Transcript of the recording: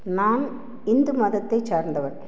நான் இந்து மதத்தைச் சார்ந்தவர்